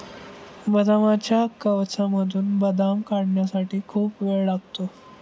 बदामाच्या कवचामधून बदाम काढण्यासाठी खूप वेळ लागतो